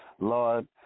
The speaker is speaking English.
Lord